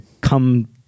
come